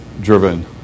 driven